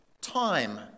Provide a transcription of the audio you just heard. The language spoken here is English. Time